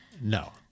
No